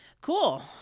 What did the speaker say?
Cool